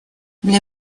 для